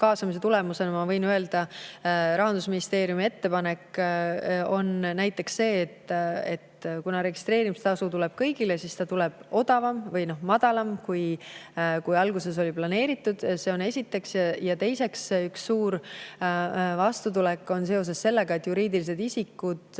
ma võin öelda. Rahandusministeeriumi ettepanek on näiteks see, et kuna registreerimistasu tuleb kõigile, siis ta tuleb madalam, kui alguses oli planeeritud. Seda esiteks. Ja teiseks, üks suur vastutulek on seoses sellega, et juriidiliste isikute